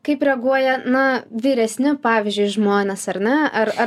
kaip reaguoja na vyresni pavyzdžiui žmonės ar ne ar ar